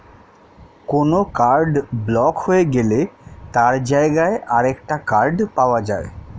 কোনো card block হয়ে গেলে তার জায়গায় আরেকটা কার্ড পাওয়া যায়